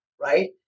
Right